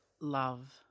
Love